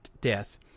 death